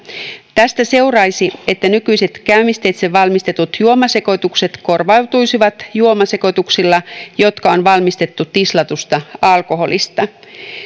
tästä seuraisi että nykyiset käymisteitse valmistetut juomasekoitukset korvautuisivat juomasekoituksilla jotka on valmistettu tislatusta alkoholista